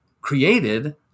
created